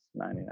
99